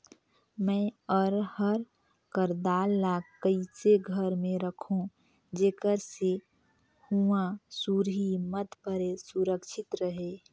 मैं अरहर कर दाल ला कइसे घर मे रखों जेकर से हुंआ सुरही मत परे सुरक्षित रहे?